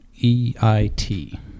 E-I-T